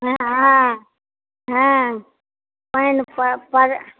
हँ हँ पानि पर परे